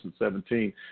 2017